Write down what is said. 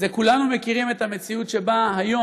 כולנו מכירים את המציאות שבה היום,